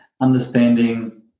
Understanding